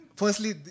Firstly